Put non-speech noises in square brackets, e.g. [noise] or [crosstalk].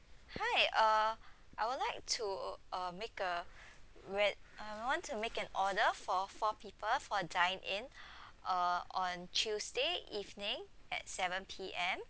hi uh [breath] I would like to uh make a [breath] re~ I want to make an order for four people for dine in [breath] uh on tuesday evening at seven P_M